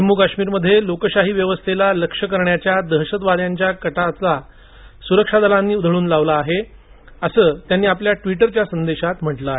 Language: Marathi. जम्मू काश्मीरमध्ये लोकशाही व्यवस्थेला लक्ष्य करण्याचा दहशतवाद्यांचा कट सुरक्षा दलांनी उधळून लावला आहे असं त्यांनी आपल्या ट्वीटर संदेशात त्यांनी म्हटलं आहे